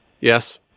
Yes